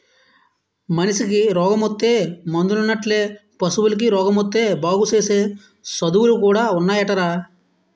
మనిసికి రోగమొత్తే మందులున్నట్లే పశువులకి రోగమొత్తే బాగుసేసే సదువులు కూడా ఉన్నాయటరా